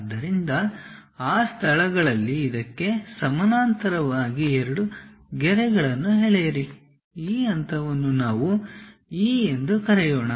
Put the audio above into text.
ಆದ್ದರಿಂದ ಆ ಸ್ಥಳಗಳಲ್ಲಿಇದಕ್ಕೆ ಸಮಾನಾಂತರವಾಗಿ ಎರಡು ಗೆರೆಗಳನ್ನು ಎಳೆಯಿರಿ ಈ ಹಂತವನ್ನು ನಾವು E ಎಂದು ಕರೆಯೋಣ